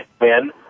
win